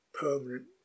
permanent